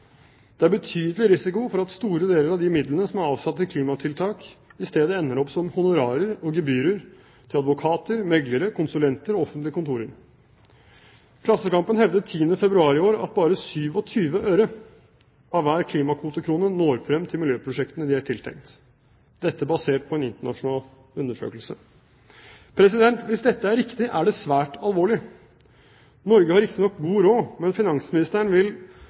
Det er betydelig risiko for at store deler av de midlene som er avsatt til klimatiltak, i stedet ender opp som honorarer og gebyrer til advokater, meglere, konsulenter og offentlige kontorer. Klassekampen hevdet 10. februar i år at bare 27 øre av hver klimakvotekrone når frem til miljøprosjektene de er tiltenkt – dette basert på en internasjonal undersøkelse. Hvis dette er riktig, er det svært alvorlig. Norge har riktignok god råd, men finansministeren vil